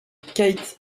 keith